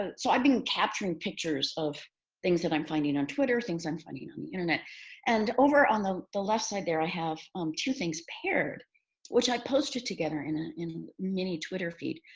and so i've been capturing pictures of things that i'm finding on twitter, things i'm finding on the internet and over on the the left side there i have um two things paired which i posted together in a in mini twitter feed.